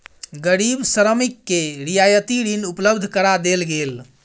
गरीब श्रमिक के रियायती ऋण उपलब्ध करा देल गेल